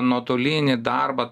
nuotolinį darbą